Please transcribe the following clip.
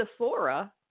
Sephora